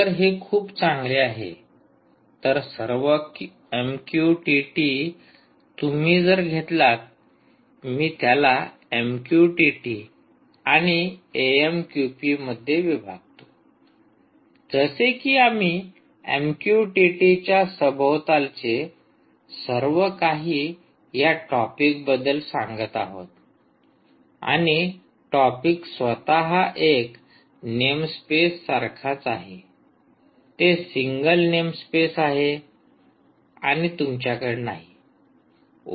तर हे खूप चांगले आहे तर सर्व एमक्यूटीटी तुम्ही जर घेतलात मी त्याला एमक्यूटीटी आणि एएमक्यूपी मध्ये विभागतो जसे की आम्ही एमक्यूटीटीच्या सभोवतालचे सर्व काही या टॉपिक बद्दल सांगत आहोत आणि टॉपिक स्वतः एक नेमस्पेस सारखाच आहे ते सिंगल नेमस्पेस आहे आणि तुमच्याकडे नाही